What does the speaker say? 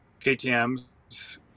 KTM's